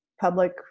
public